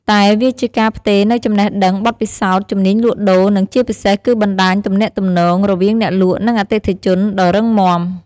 តែវាជាការផ្ទេរនូវចំណេះដឹង បទពិសោធន៍ ជំនាញលក់ដូរ និងជាពិសេសគឺបណ្ដាញទំនាក់ទំនង រវាងអ្នកលក់និងអតិថិជនដ៏រឹងមាំ។